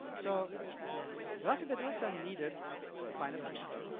so raffi bedrosian needed to find a piano.